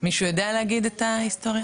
מישהו יודע להגיד את ההיסטוריה?